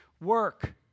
work